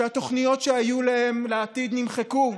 שהתוכניות שהיו להם לעתיד נמחקו,